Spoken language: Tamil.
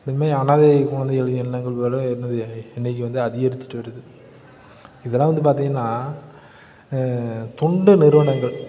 இந்த மாதிரி அனாதை குழந்தைகள் எண்ணங்கள் என்னது இன்றைக்கு வந்து அதிகரித்திட்டு வருகுது இதல்லாம் வந்து பார்த்தீங்கன்னா தொண்டு நிறுவனங்கள்